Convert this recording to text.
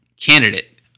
candidate